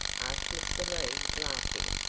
asked mr. lee, laughing.